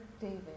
David